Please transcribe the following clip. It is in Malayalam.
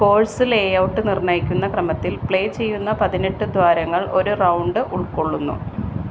കോഴ്സ് ലേഔട്ട് നിർണ്ണയിക്കുന്ന ക്രമത്തിൽ പ്ലേ ചെയ്യുന്ന പതിനെട്ട് ദ്വാരങ്ങൾ ഒരു റൗണ്ട് ഉൾക്കൊള്ളുന്നു